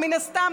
ומן הסתם